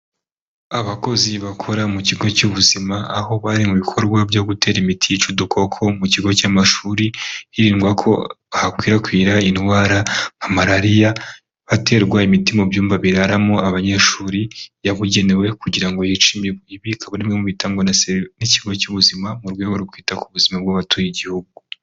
Abakozi bakora mu kigo cy'ubuzima aho bari mu bikorwa byo gutera imiti yica udukoko mu kigo cy'amashuri, hirindwa ko hakwirakwira indwara nka malariya, haterwa imiti mu byumba biraramo abanyeshuri yabugenewe kugira ngo yice imibu. Ibi bikaba ari bimwe mu bitangwa n'ikigo cy'ubuzima mu rwego rwo kwita ku buzima bw'abatuye igihugu.